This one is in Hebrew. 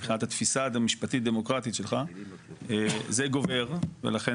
מבחינת התפיסה המשפטית דמוקרטית שלך זה גובר ולכן